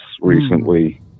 recently